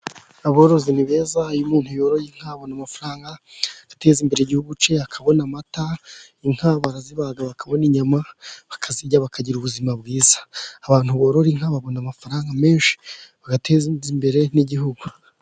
Aborozi ni beza. Iyo umuntu yoroye inka abona amafaranga agateza imbere igihugu cye, akabona amata. Inka barazibaga bakabona inyama bakazirya, bakagira ubuzima bwiza. Abantu borora inka babona amafaranga menshi bagateza imbere n'igihugu.